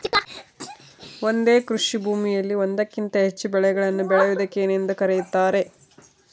ಒಂದೇ ಕೃಷಿಭೂಮಿಯಲ್ಲಿ ಒಂದಕ್ಕಿಂತ ಹೆಚ್ಚು ಬೆಳೆಗಳನ್ನು ಬೆಳೆಯುವುದಕ್ಕೆ ಏನೆಂದು ಕರೆಯುತ್ತಾರೆ?